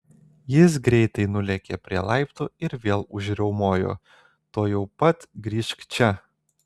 jis greitai nulėkė prie laiptų ir vėl užriaumojo tuojau pat grįžk čia